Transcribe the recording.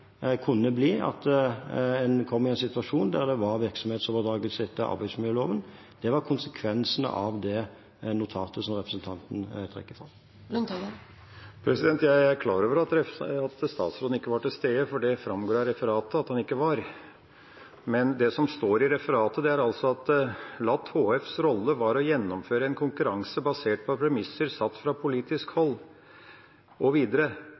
kunne bli at en kom i en situasjon der det ble virksomhetsoverdragelse etter arbeidsmiljøloven. Det var konsekvensene av det notatet, som representanten Lundteigen trekker fram. Jeg er klar over at statsråden ikke var til stede, for det framgår det av referatet at han ikke var. Men det som står i referatet, er altså at «LAT HFs rolle var å gjennomføre en konkurranse basert på premisser satt fra politisk hold.» Og videre: